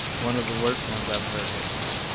one of the worst ones i've heard was like,